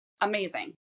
amazing